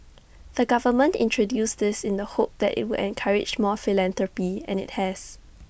the government introduced this in the hope that IT would encourage more philanthropy and IT has